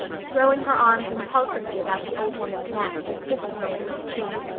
throwing her arms impulsively about the old woman's neck and kissing her wrinkled cheek.